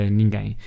ninguém